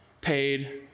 paid